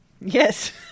Yes